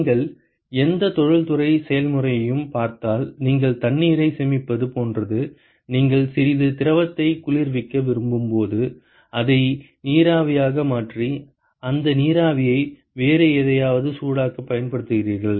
நீங்கள் எந்த தொழில்துறை செயல்முறையையும் பார்த்தால் நீங்கள் தண்ணீரை சேமிப்பது போன்றது நீங்கள் சிறிது திரவத்தை குளிர்விக்க விரும்பும் போது அதை நீராவியாக மாற்றி அந்த நீராவியை வேறு எதையாவது சூடாக்க பயன்படுத்துகிறீர்கள்